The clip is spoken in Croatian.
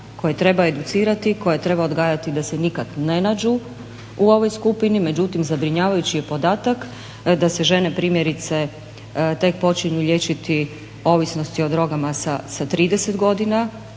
koje treba educirati i koje treba odgajati da se nikada ne nađu u ovoj skupini. Međutim, zabrinjavajući je podatak da se žene primjerice tek počinju liječiti ovisnostima o drogama sa 30 godina,